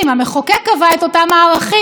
המחוקק קבע את אותם הערכים.